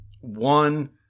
one